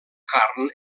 carn